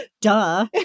Duh